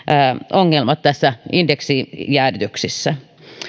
ongelmia näissä indeksijäädytyksissä